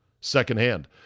secondhand